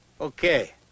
Okay